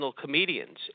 comedians